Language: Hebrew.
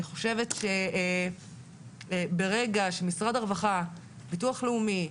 אני חושבת שברגע שמשרד הרווחה, ביטוח לאומי,